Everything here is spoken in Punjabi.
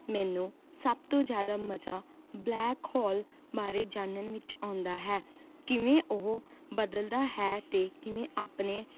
ਮੈਨੂੰ ਸਭ ਤੋਂ ਜ਼ਿਆਦਾ ਮਜ਼ਾ ਬਲੈਕ ਹੋਲ ਬਾਰੇ ਜਾਣਨ ਵਿੱਚ ਆਉਂਦਾ ਹੈ ਕਿਵੇਂ ਉਹ ਬਦਲਦਾ ਹੈ ਅਤੇ ਕਿਵੇਂ ਆਪਣੇ